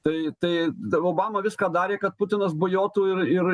tai tai tai obama viską darė kad putinas bujotų ir ir